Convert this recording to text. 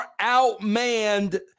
outmanned